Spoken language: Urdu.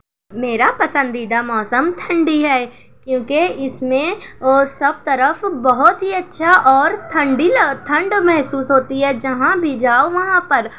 میرا پسندیدہ موسم ٹھنڈی ہے کیوں کہ اس میں اور سب طرف بہت ہی اچھا اور ٹھنڈی لگ ٹھنڈ محسوس ہوتی ہے جہاں بھی جاؤ وہاں پر